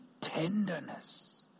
tenderness